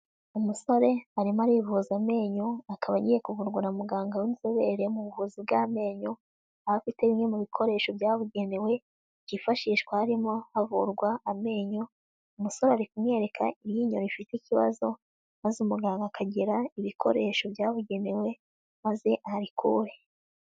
Umusore arimo arivuza amenyo, akaba agiye kuvurwara na muganga w'inzobere mu buvuzi bw'amenyo, aho afite bimwe mu bikoresho byabugenewe byifashishwa harimo havurwa amenyo, umusore ari kumwereka iryinyo rifite ikibazo maze umuganga akagira ibikoresho byabugenewe maze arikure.